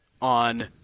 on